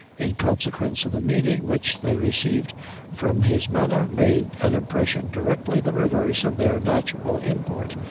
in consequence of the meaning which, they received from his manner, made an impression directly the reverse of their natural import.